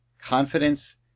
confidence